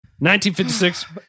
1956